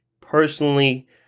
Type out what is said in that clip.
personally